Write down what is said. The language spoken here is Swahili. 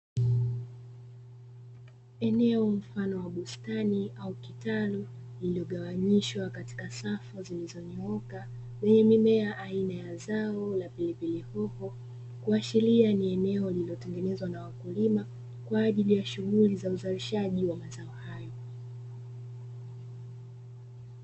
Eneo mfano wa bustani, au kitalu lililogawanyishwa katika safu zilizonyooka zenye mimea aina ya zao la pilpili hoho kuhashiria ni eneo lililotengenezwa na wakulima kwa ajili ya shughuli ya uzalishaji wa mazao hayo.